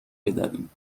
بداریم